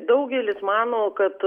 daugelis mano kad